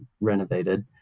renovated